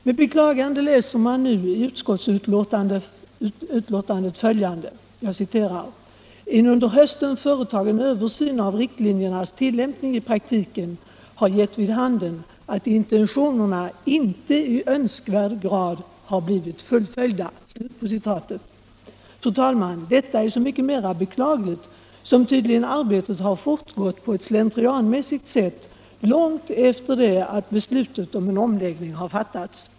Med beklagande läser man i utskottsbetänkandet följande: ”En under hösten företagen översyn av riktlinjernas tillämpning i praktiken har gett vid handen att intentionerna inte i önskvärd grad blivit fullföljda.” Fru talman! Detta är så mycket mera beklagligt som tydligen arbetet har fortgått på ett slentrianmässigt sätt långt efter det att beslutet om en omliggning fattades.